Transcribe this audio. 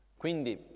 Quindi